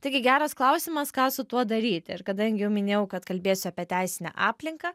taigi geras klausimas ką su tuo daryti ir kadangi jau minėjau kad kalbėsiu apie teisinę aplinką